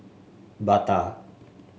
Bata